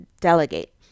delegate